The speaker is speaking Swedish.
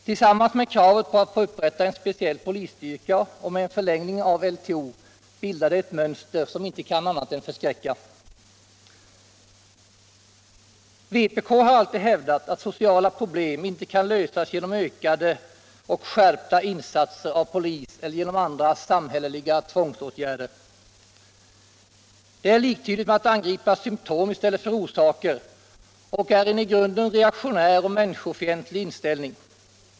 Tillsammans med kravet på att få upprätta en speciell polisstyrka och med en förlängning av LTO bildar det ett mönster som inte kan annat än förskräcka. Vpk har alltid hävdat att sociala problem inte kan lösas genom ökade och skärpta insatser av polis eller genom andra samhälleliga tvångsåtgärder. Sådana är liktydiga med att angripa symtom i stället för orsaker och är uttryck för en i grunden reaktionär och människofientlig inställning.